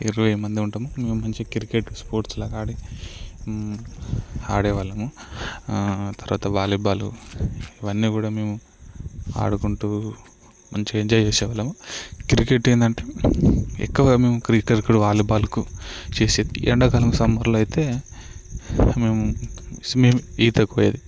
ఇరవై మంది ఉంటాము మంచి క్రికెట్ స్పోర్ట్స్లాగా ఆడి ఆడేవాళ్ళము తర్వాత వాలీబాలు ఇవన్నీ కూడా మేము ఆడుకుంటూ మంచిగా ఎంజాయ్ చేసేవాళ్ళము క్రికెట్ ఏంటంటే ఎక్కువగా మేము క్రికెట్కు వాలీబాల్కు చేసే ఎండాకాలం సమ్మర్లో అయితే మేము స్విమ్మింగ్ ఈతకి పోయేది